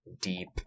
deep